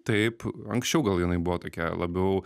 taip anksčiau gal jinai buvo tokia labiau